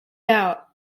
out